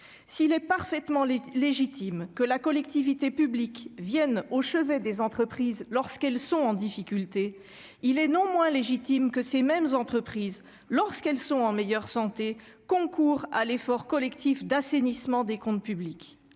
S'il est parfaitement légitime que la collectivité publique vienne au chevet des entreprises lorsqu'elles sont en difficulté, il est non moins légitime que ces mêmes entreprises, lorsque leur santé est meilleure, concourent à l'effort collectif d'assainissement des comptes publics.